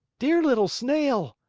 dear little snail,